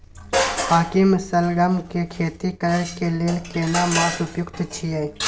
हाकीम सलगम के खेती करय के लेल केना मास उपयुक्त छियै?